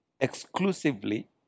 exclusively